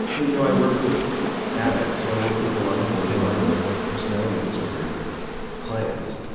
well, you know i work with addicts, so i work with a lot of borderline personality disordered clients,